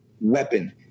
weapon